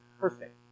perfect